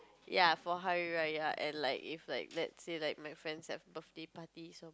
ya for Hari-Raya and like if like let's say like my friends have birthday parties